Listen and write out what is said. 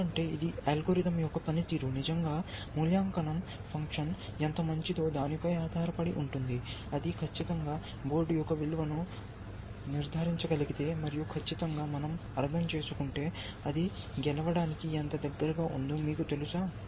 ఎందుకంటే ఇది అల్గోరిథం యొక్క పనితీరు నిజంగా మూల్యాంకనం ఫంక్షన్ ఎంత మంచిదో దానిపై ఆధారపడి ఉంటుంది అది ఖచ్చితంగా బోర్డు యొక్క విలువను నిర్ధారించగలిగితే మరియు ఖచ్చితంగా మనం అర్థం చేసుకుంటే అది గెలవడానికి ఎంత దగ్గరగా ఉందో మీకు తెలుసా